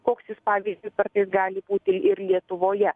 koks jis pavyzdžiui kartais gali būti ir lietuvoje